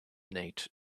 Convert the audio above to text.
nate